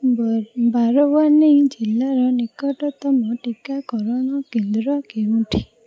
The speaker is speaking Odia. ବର୍ ବାରୱାନୀ ଜିଲ୍ଲାର ନିକଟତମ ଟିକାକରଣ କେନ୍ଦ୍ର କେଉଁଠି